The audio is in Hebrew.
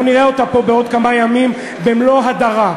אנחנו נראה אותה פה בעוד כמה ימים במלוא הדרה.